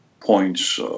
points